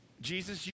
Jesus